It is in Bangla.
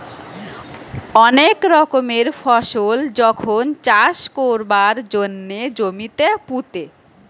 অনেক রকমের ফসল যখন চাষ কোরবার জন্যে জমিতে পুঁতে